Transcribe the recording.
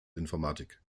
informatik